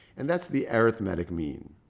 and that's the arithmetic mean.